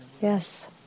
Yes